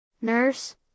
Nurse